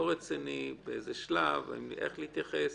לא רצינית, באיזה שלב, איך להתייחס.